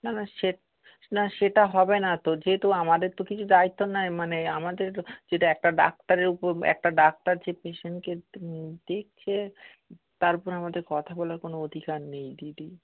না না সে না সেটা হবে না তো যেহেতু আমাদের তো কিছু দায়িত্ব নয় মানে আমাদের যেটা একটা ডাক্তারের উপর একটা ডাক্তার যে পেশেন্টকে দেখছে তারপর আমাদের কথা বলার কোনো অধিকার নেই দিদি